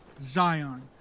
Zion